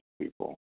people